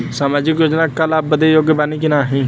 सामाजिक योजना क लाभ बदे योग्य बानी की नाही?